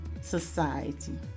society